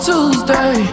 Tuesday